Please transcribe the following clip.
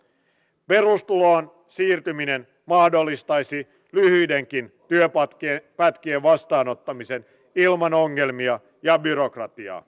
perustuloon siirtyminen mahdollistaisi lyhyidenkin työpätkien vastaanottamisen ilman ongelmia ja byrokratiaa